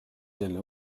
selle